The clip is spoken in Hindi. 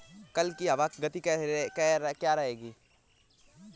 कल की हवा की गति क्या रहेगी?